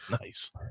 Nice